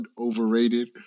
overrated